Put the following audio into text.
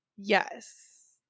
yes